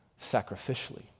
sacrificially